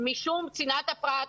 משום צנעת הפרט,